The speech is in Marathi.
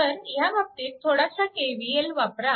तर आता ह्या बाबतीत थोडासा KVL वापरा